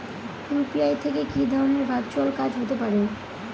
UPI থেকে কি ধরণের ভার্চুয়াল কাজ হতে পারে?